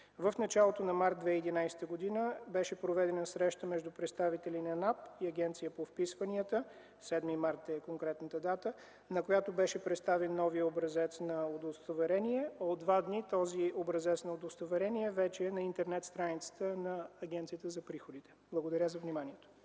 В началото на м. март 2011 г. беше проведена среща между представители на НАП и Агенцията по вписванията – 7 март е конкретната дата, на която беше представен новият образец на удостоверение. От два дни този образец на удостоверение вече е на Интернет-страницата на Агенцията по приходите. Благодаря за вниманието.